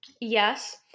Yes